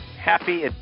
happy